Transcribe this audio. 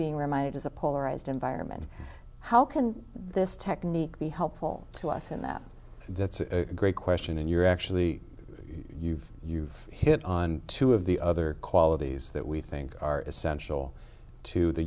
a polarized environment how can this technique be helpful to us in that that's a great question and you're actually you've you've hit on two of the other qualities that we think are essential to the